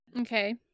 Okay